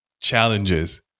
challenges